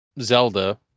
Zelda